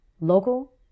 local